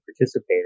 participated